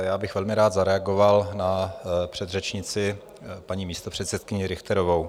Já bych velmi rád zareagoval na předřečnici, paní místopředsedkyni Richterovou.